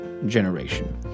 generation